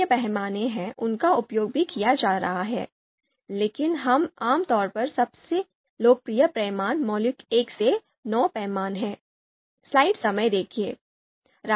अन्य पैमाने हैं उनका उपयोग भी किया जा रहा है लेकिन आम तौर पर सबसे लोकप्रिय पैमाने मौलिक 1 से 9 पैमाने हैं